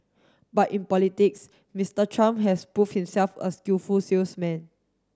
but in politics Mister Trump has proved himself a skillful salesman